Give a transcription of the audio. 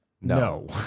No